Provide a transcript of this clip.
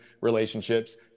relationships